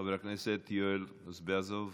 חבר הכנסת יואל רזבוזוב,